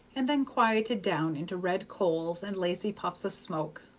and then quieted down into red coals and lazy puffs of smoke.